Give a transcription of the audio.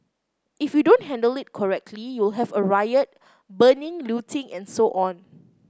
if you don't handle it correctly you'll have a riot burning looting and so on